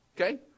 Okay